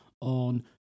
on